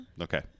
Okay